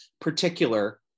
particular